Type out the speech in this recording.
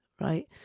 right